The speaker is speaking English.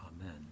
Amen